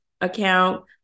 account